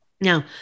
Now